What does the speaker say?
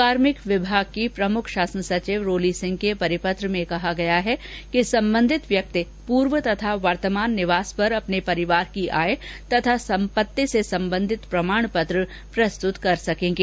कार्मिक विभाग की प्रमुख शासन सचिव रोली सिंह के परिपत्र में कहा गया है कि संबंधित व्यक्ति पूर्व तथा वर्तमान निवास पर अपने परिवार की आय तथा सम्पति से संबंधित प्रमाण पत्र प्रस्तुत करेंगे